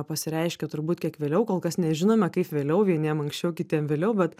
pasireiškia turbūt kiek vėliau kol kas nežinome kaip vėliau vieniem anksčiau kitiem vėliau bet